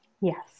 Yes